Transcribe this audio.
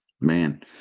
man